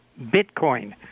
Bitcoin